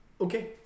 Okay